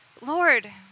Lord